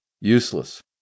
Useless